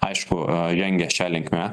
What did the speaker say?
aišku a žengia šia linkme